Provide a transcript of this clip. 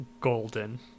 golden